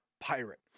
pirate